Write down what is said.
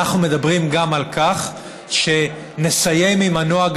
אנחנו מדברים גם על כך שנסיים עם הנוהג